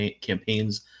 campaigns